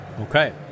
Okay